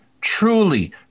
truly